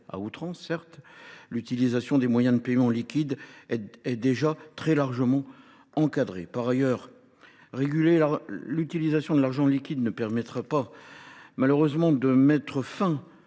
à outrance, mais l’utilisation des moyens de paiement liquides est déjà très largement encadrée. Par ailleurs, réguler l’utilisation de l’argent liquide ne permettra malheureusement pas de mettre fin